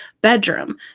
bedroom